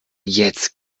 jetzt